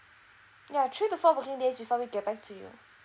ya three to four working days before we get back to you